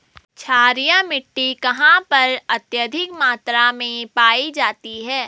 क्षारीय मिट्टी कहां पर अत्यधिक मात्रा में पाई जाती है?